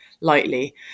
lightly